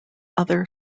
other